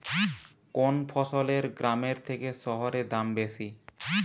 কোন ফসলের গ্রামের থেকে শহরে দাম বেশি?